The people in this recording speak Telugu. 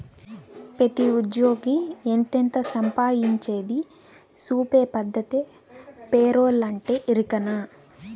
పెతీ ఉజ్జ్యోగి ఎంతెంత సంపాయించేది సూపే పద్దతే పేరోలంటే, ఎరికనా